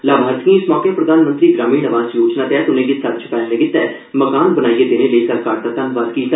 लाभार्थिएं इस मौके प्रधानमंत्री ग्रामीण आवास योजना तैह्त उनेंगी सर छपैलने लेई मकान बनाइयै देने लेई सरकार दा धन्नबाद कीता